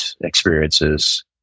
experiences